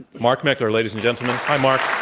mark meckler, ladies and gentlemen. hi, mark.